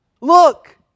Look